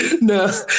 No